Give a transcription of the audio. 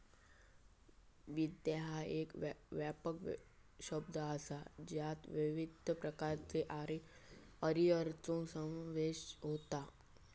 वित्त ह्या एक व्यापक शब्द असा ज्यात विविध प्रकारच्यो करिअरचो समावेश होता